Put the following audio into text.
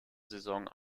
saison